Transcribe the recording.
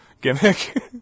gimmick